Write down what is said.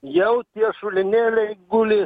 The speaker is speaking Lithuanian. jau tie šulinėliai guli